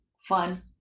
fun